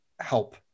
help